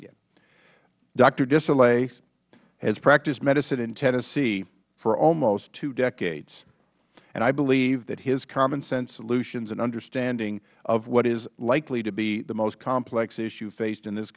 hdesjarlais has practiced medicine in tennessee for almost two decades and i believe that his commonsense solutions and understanding of what is likely to be the most complex issue faced in this